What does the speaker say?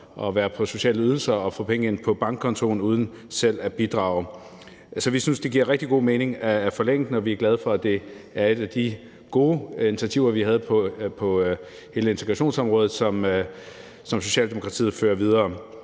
og er på sociale ydelser og får penge ind på bankkontoen uden selv at bidrage. Vi synes, det giver rigtig god mening at forlænge den, og vi er glade for, at det er et af de gode initiativer, vi havde på hele integrationsområdet, som Socialdemokratiet fører videre.